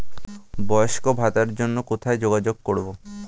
বয়স্ক ভাতার জন্য কোথায় যোগাযোগ করব?